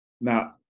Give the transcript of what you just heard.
Now